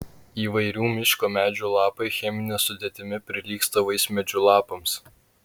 įvairių miško medžių lapai chemine sudėtimi prilygsta vaismedžių lapams